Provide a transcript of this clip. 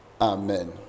Amen